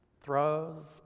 throws